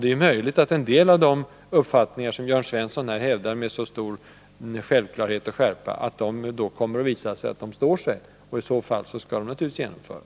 Det är möjligt att det då kommer att visa sig att en del av de uppfattningar som Jörn Svensson hävdar här med så stor självklarhet och skärpa står sig, och i så fall skall naturligtvis de åtgärder vidtas som därigenom blir aktuella.